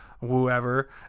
whoever